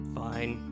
fine